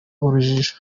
urujijo